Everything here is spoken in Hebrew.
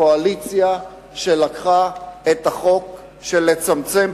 הקואליציה שלקחה את החוק לצמצם,